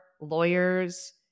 lawyers